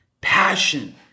passion